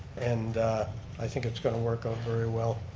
and i think it's going to work out very well.